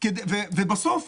בסוף,